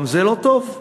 גם זה לא טוב?